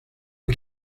who